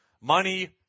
money